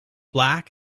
black